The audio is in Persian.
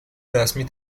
رسمی